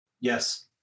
Yes